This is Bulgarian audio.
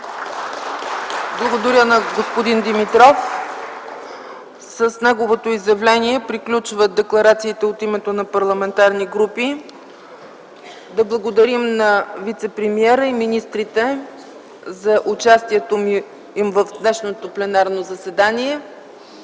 Благодаря на господин Димитров. С неговото изявление приключват декларациите от името на парламентарни групи. Да благодарим на вицепремиера и министрите за участието им в днешното пленарно заседание,